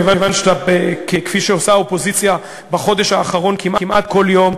כיוון שכפי שעושה האופוזיציה בחודש האחרון כמעט כל יום,